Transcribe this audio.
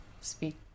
speak